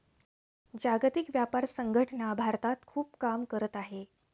जागतिक व्यापार संघटना भारतात खूप काम करत आहे